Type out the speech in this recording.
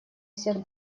всех